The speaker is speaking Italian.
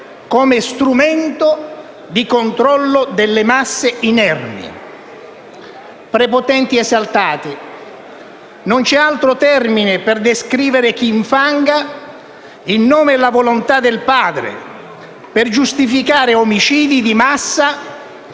come strumento di controllo delle masse inermi. Prepotenti esaltati: non c'è altro termine per descrivere chi infanga il nome e la volontà del Padre per giustificare omicidi di massa